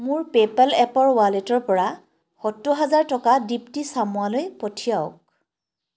মোৰ পে'পল এপৰ ৱালেটৰ পৰা সত্তৰ হাজাৰ টকা দীপ্তী চামুৱালৈ পঠিয়াওক